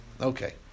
Okay